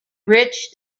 rich